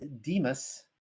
Demas